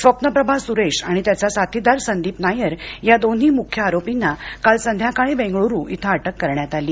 स्वप्नप्रभा सुरेश आणि त्याचा साथीदार संदीप नायर या दोही मुख्य आरोपींना काल संध्याकाळी बेंगळुरू इथं अटक करण्यात आली